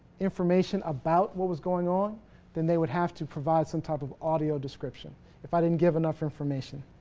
information about what was going on than they would have to provide some type of audio description if i didn't get enough information